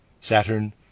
Saturn